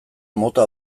mota